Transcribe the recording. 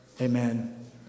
Amen